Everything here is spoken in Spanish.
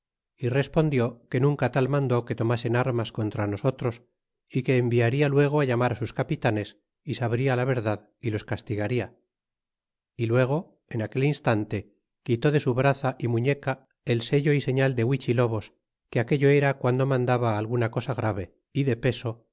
y respondió que nunca tal mandó que tomasen armas contra nosotros y que enviarla luego á llamar á sus capitanes y sabria la verdad y los castigaria y luego en aquel instante quitó de su braza y muñeca el sello y señal de huichilobos que aquello era guando mandaba alguna cosa grave é de peso